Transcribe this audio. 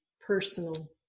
personal